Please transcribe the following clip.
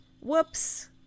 Whoops